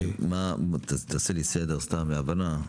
תעשה לנו סדר, להבנה: